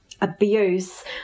abuse